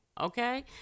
Okay